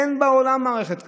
אין בעולם מערכת כזאת,